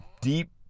deep